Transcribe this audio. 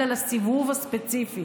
אלא לסיבוב הספציפי,